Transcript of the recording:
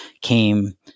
came